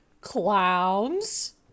clowns